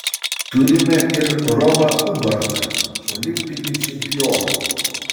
turime ir romą ubartą olimpinį čempioną